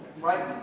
Right